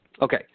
Okay